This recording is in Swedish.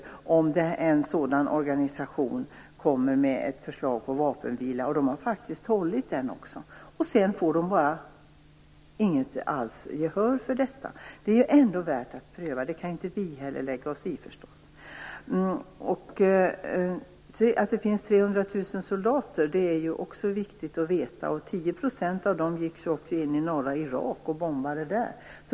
Det är märkligt att en sådan organisation som PKK när den kommer med förslag om vapenvila - och man har faktiskt hållit det också - inte alls får något gehör för detta. Det är ändå värt att pröva. Fast det kan vi inte lägga oss i förstås. Det är också viktigt att veta att det finns 300 000 soldater. 10 % av dessa gick också in i norra Irak och bombade där.